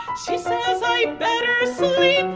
she says i. but